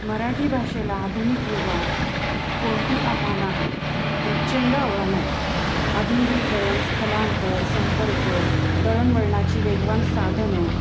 मराठी भाषेला आधुनिक युगात कोणती आव्हाने आहेत प्रचंड आव्हाने आहेत आधुनिकीकरण स्थलांतर संपर्क दळणवळणाची वेगवान साधने